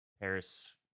paris